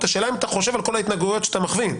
והשאלה היא האם אתה חושב על כל ההתנהגויות שאתה מכווין.